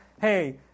hey